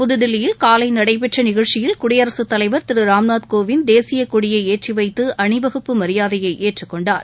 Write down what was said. புதுதில்லியில் காலை நடைபெற்ற நிகழ்ச்சியில் குடியரசுத் தலைவர் திரு ராம்நாத் கோவிந்த் தேசியக்கொடியை ஏற்றிவைத்து அணிவகுப்பு மரியாதையை ஏற்றுக்கொண்டார்